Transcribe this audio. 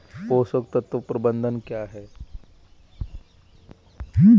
पोषक तत्व प्रबंधन क्या है?